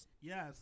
Yes